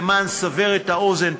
לסבר את האוזן,